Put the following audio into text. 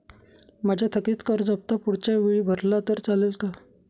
माझा थकीत कर्ज हफ्ता पुढच्या वेळी भरला तर चालेल का?